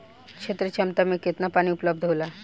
क्षेत्र क्षमता में केतना पानी उपलब्ध होला?